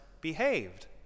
behaved